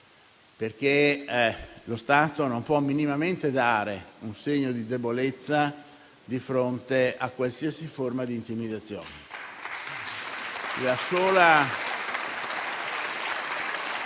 Stato, infatti, non può minimamente dare un segno di debolezza di fronte a qualsiasi forma di intimidazione.